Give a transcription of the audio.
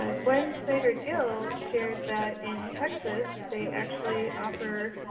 ah gwen snyder gill shared that in texas they actually offer,